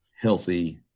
healthy